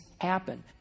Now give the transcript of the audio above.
happen